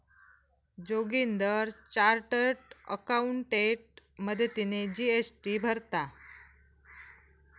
Joginder chartered accountant मदतीने GST भरता